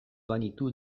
banitu